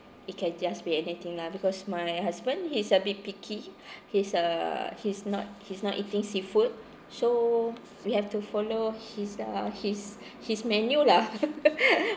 it can just be anything lah because my husband he's a bit picky he's uh he's not he's not eating seafood so we have to follow his uh his his menu lah